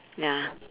ya